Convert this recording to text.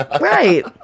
Right